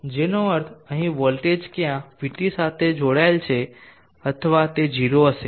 જેનો અર્થ અહીં વોલ્ટેજ ક્યાં Vt સાથે જોડાયેલ હશે અથવા તે 0 હશે